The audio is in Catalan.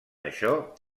això